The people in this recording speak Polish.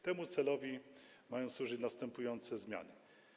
Temu celowi mają służyć następujące zmiany.